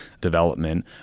development